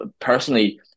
Personally